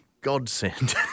godsend